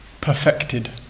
perfected